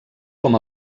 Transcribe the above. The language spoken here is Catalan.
com